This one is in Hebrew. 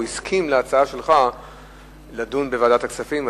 הוא הסכים להצעה שלך לדון בוועדת הכספים,